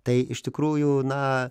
tai iš tikrųjų na